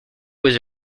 was